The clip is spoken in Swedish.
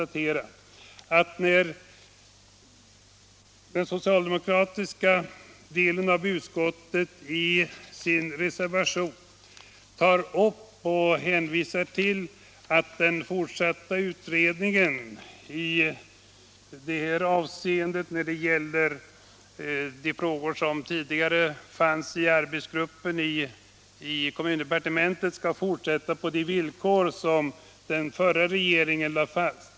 Den socialdemokratiska delen av utskottet hänvisar i sin reservation till att den fortsatta utredningen i de frågor som tidigare behandlades i arbetsgruppen i kommundepartementet skall fortsätta på de villkor som den förra regeringen lade fast.